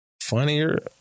Funnier